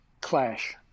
clash